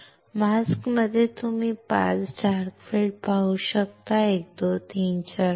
मास्कमध्ये तुम्ही 5 dark field पाहू शकता 1 2 3 4 5